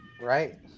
right